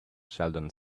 sheldon